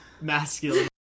masculine